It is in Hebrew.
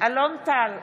אלון טל,